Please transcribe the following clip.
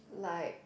like